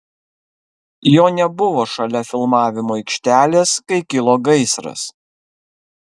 jo nebuvo šalia filmavimo aikštelės kai kilo gaisras